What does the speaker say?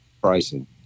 pricing